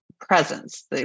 presence